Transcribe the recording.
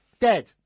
Dead